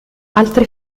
altre